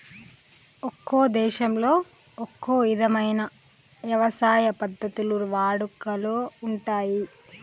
ఒక్కో దేశంలో ఒక్కో ఇధమైన యవసాయ పద్ధతులు వాడుకలో ఉంటయ్యి